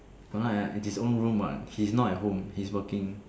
but not ya it's his own room what he's not at home he's working